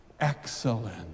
excellent